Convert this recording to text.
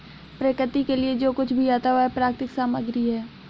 प्रकृति के लिए जो कुछ भी आता है वह प्राकृतिक सामग्री है